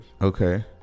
Okay